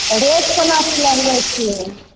rate कोना लगबै छिए